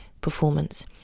performance